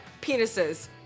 penises